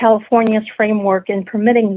california's framework in permitting